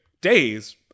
days